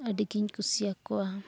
ᱟᱹᱰᱤᱜᱮᱧ ᱠᱩᱥᱤᱭ ᱟᱠᱚᱣᱟ